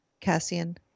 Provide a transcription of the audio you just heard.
Cassian